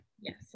yes